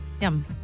Yum